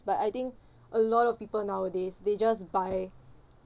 but I think a lot of people nowadays they just buy